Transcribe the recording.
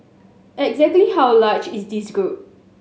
exactly how large is this group